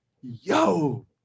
yo